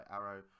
Arrow